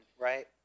right